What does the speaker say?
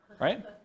right